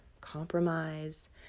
compromise